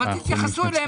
אבל תתייחסו אליהם בנימוס.